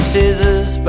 Scissors